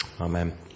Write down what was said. Amen